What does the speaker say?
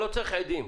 לא צריך עדים.